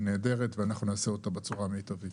נהדרת ואנחנו נעשה אותה בצורה המיטבית.